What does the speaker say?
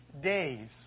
days